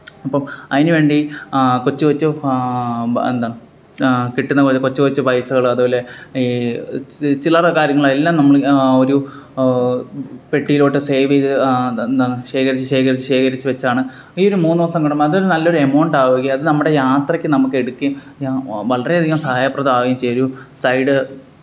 അപ്പോൾ അതിന് വേണ്ടി കൊച്ച് കൊച്ച് ഫാ എന്താ കിട്ടുന്നത് പോലെ കൊച്ച് കൊച്ച് പൈസകള് അതുപോലെ ഈ ചില്ലറ കാര്യങ്ങളാ എല്ലാം നമ്മള് ഒരു പെട്ടിയിലോട്ട് സേവ് ചെയ്ത് എന്താണ് ശേഖരിച്ച് ശേഖരിച്ച് ശേഖരിച്ച് വെച്ചാണ് ഈയൊരു മൂന്ന് ദിവസം കൂടുമ്പോൾ അതൊരു നല്ലൊരു എമൌണ്ട് ആകുകയും അത് നമ്മുടെ യാത്രയ്ക്ക് നമുക്ക് എടുക്കുകയും യാ വളരെയധികം സഹായപ്രദമാകുകയും ചെയ്യും ഒരു സൈഡ്